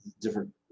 different